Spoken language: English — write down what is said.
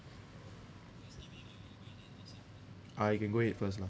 uh you can go ahead first lah